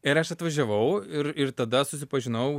ir aš atvažiavau ir ir tada susipažinau